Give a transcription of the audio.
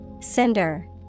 Cinder